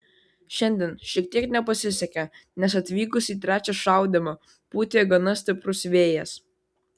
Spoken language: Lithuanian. šiandien šiek tiek nepasisekė nes atvykus į trečią šaudymą pūtė gana stiprus vėjas